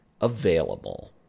available